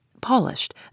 polished